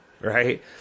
right